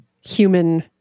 human